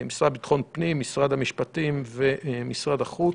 המשרד לביטחון הפנים, משרד המשפטים ומשרד החוץ.